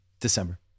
December